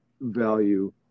value